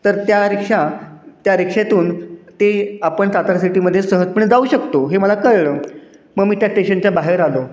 तर त्या रिक्षा त्या रिक्षेतून ते आपण सातारा सिटीमध्ये सहजपणे जाऊ शकतो हे मला कळलं मग मी त्या टेशनच्या बाहेर आलो